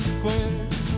quit